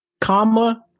comma